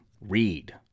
read